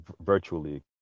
virtually